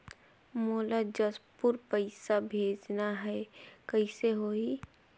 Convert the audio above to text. मोला जशपुर पइसा भेजना हैं, कइसे होही?